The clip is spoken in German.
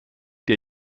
der